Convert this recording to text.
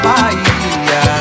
Bahia